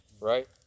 right